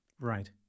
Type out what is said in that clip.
Right